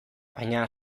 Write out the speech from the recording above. baina